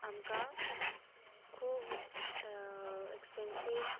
आमकां खूब एक्सपेन्सीव